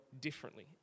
differently